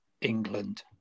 England